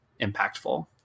impactful